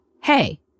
hey